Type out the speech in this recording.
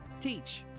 teach